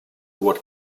what